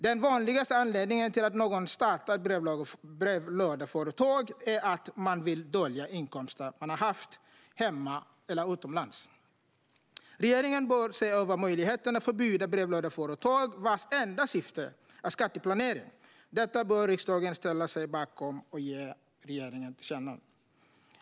Den vanligaste anledningen till att starta ett brevlådeföretag är att man vill dölja inkomster man har haft, hemma eller utomlands. Regeringen bör se över möjligheterna att förbjuda brevlådeföretag vars enda syfte är skatteplanering. Detta bör riksdagen ställa sig bakom och ge regeringen till känna.